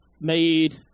made